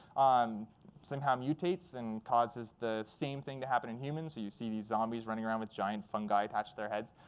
um somehow mutates and causes the same thing to happen in humans. so you see these zombies running around with giant fungi attached to their heads.